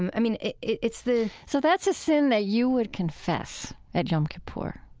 and i mean, it's the, so that's a sin that you would confess at yom kippur?